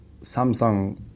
Samsung